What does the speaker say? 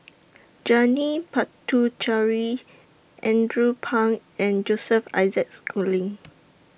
Janil Puthucheary Andrew Phang and Joseph Isaac Schooling